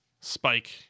Spike